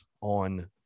on